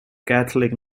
catholic